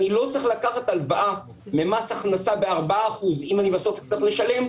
אני לא צריך לקחת הלוואה ממס הכנסה ב-4% אם אני בסוף אצטרך לשלם,